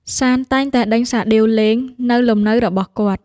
សាន្តតែងតែដេញសាដៀវលេង នៅលំនៅរបស់គាត់។